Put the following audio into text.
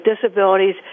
disabilities